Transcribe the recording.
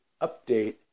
update